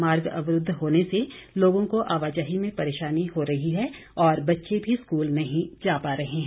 मार्ग अवरूद्ध होने से लोगों को आवाजाही में परेशानी हो रही है और बच्चे भी स्कूल नहीं जा पा रहे हैं